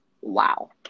Wow